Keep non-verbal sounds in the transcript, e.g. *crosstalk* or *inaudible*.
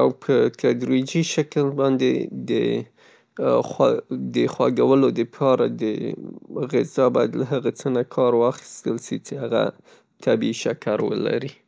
او که په تدریجي شکل باندې د خوږو، *hesitation* خوږولو د پاره غذا باید د هغه څه نه کار واخیستل سي څې هغه طبعې شکر ولري.